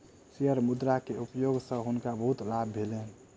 share मुद्रा के उपयोग सॅ हुनका बहुत लाभ भेलैन